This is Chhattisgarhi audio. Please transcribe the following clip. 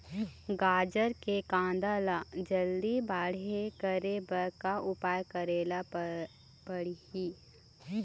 गाजर के कांदा ला जल्दी बड़े करे बर का उपाय करेला पढ़िही?